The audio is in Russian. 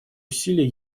усилий